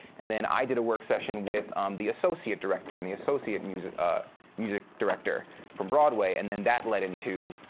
and then i did a work session with um the associate director, and the associate music ah music director from broadway. and then that led into